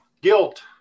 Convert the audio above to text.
guilt